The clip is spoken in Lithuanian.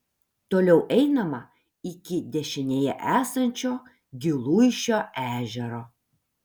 toliau einama iki dešinėje esančio giluišio ežero